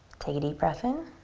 take a deep breath in